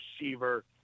receiver